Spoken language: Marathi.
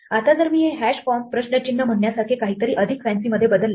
आता जर मी हे हॅश कॉम्प प्रश्नचिन्ह म्हणण्यासारखे काहीतरी अधिक फॅन्सीमध्ये बदलले